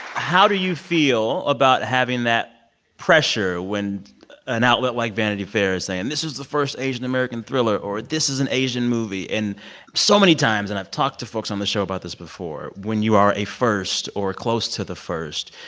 how do you feel about having that pressure when an outlet like vanity fair is saying, this was the first asian-american thriller, or this is an asian movie? and so many times and i've talked to folks on the show about this before when you are a first or close to the first,